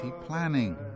planning